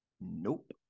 Nope